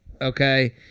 okay